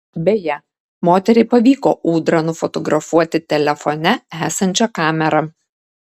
beje moteriai pavyko ūdrą nufotografuoti telefone esančia kamera